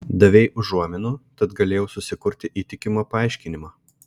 davei užuominų tad galėjau susikurti įtikimą paaiškinimą